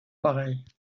pareil